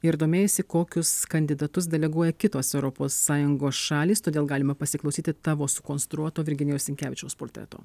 ir domėjaisi kokius kandidatus deleguoja kitos europos sąjungos šalys todėl galime pasiklausyti tavo sukonstruoto virginijaus sinkevičiaus portreto